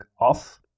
off